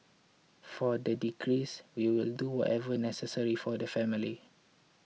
for the deceased we will do whatever necessary for the family